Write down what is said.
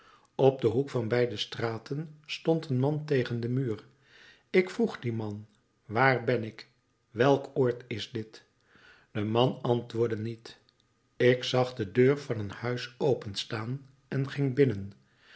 op den hoek van beide straten stond een man tegen den muur ik vroeg dien man waar ben ik welk oord is dit de man antwoordde niet ik zag de deur van een huis open staan en ging binnen